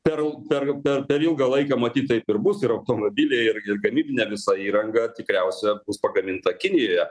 per l per per per ilgą laiką matyt taip ir bus ir automobiliai ir ir gamybinė visa įranga tikriausia bus pagaminta kinijoje